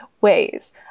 ways